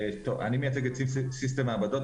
אני מייצג את סיסטם מעבדות,